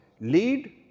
lead